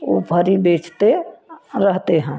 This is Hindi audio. ऊफरी बेचते रहते हैं